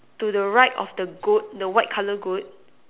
to the right of the goat the white colour goat